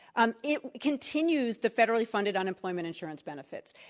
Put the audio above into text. um it continues the federally funded unemployment insurance benefits.